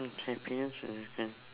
happiness